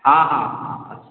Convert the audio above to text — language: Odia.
ହଁ ହଁ